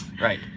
right